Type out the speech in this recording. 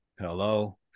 Hello